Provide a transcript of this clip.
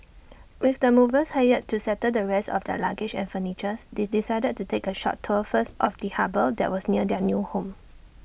with the movers hired to settle the rest of their luggage and furnitures they decided to take A short tour first of the harbour that was near their new home